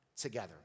together